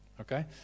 okay